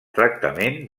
tractament